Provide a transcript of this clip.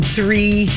three